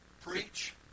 preach